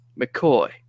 McCoy